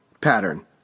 pattern